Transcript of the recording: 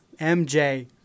MJ